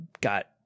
got